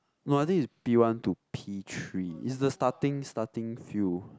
no I think it's P-one to P-three it's the starting starting few